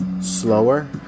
slower